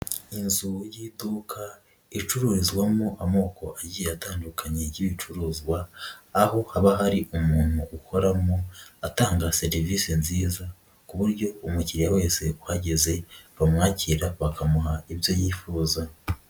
Inzu y'iduka icururizwamo amoko agiye atandukanye y'ibicuruzwa, aho aba harimo umuntu uhoramo utanga serivisi nziza, ku buryo umukiriya wese uhageze bamwakira bakamuha ibyo yifuza.